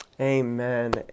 Amen